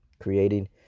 creating